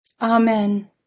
Amen